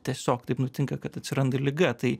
tiesiog taip nutinka kad atsiranda liga tai